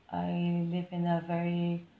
I live in a very